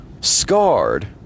scarred